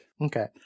Okay